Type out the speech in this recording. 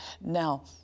Now